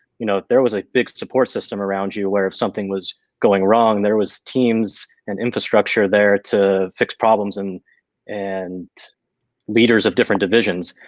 you know there was a big support system around you where if something was going wrong, there was teams and infrastructure there to fix problems and and leaders of different divisions.